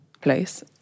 place